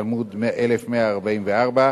עמוד 1144,